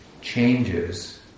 changes